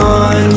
on